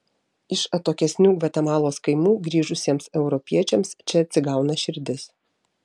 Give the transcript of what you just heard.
iš atokesnių gvatemalos kaimų grįžusiems europiečiams čia atsigauna širdis